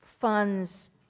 funds